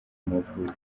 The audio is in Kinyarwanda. mavubi